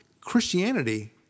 Christianity